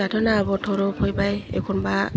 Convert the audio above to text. दाथ' ना बथर' फैबाय एखनबा